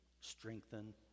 strengthen